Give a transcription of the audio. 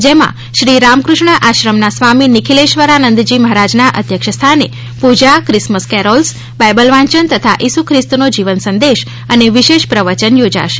જેમાં શ્રી રામક઼ષ્ણ આશ્રમના સ્વામી નિખિલેશ્વરાનંદજી મહારાજના અધ્યક્ષ સ્થાને પૂજા ક્રિસમસ કેરોલ્સબાઇબલ વાંચન તથા ઇસુ ખ્રિસ્તનો જીવન સંદેશ અને વિશેષ પ્રવચન યોજાશે